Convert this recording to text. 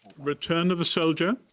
return of the soldier?